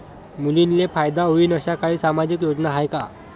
मुलींले फायदा होईन अशा काही सामाजिक योजना हाय का?